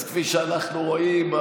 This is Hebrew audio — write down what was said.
אז כפי שאנחנו רואים,